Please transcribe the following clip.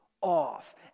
off